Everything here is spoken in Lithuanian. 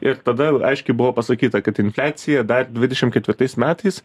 ir tada aiškiai buvo pasakyta kad infliacija dar dvidešimt ketvirtais metais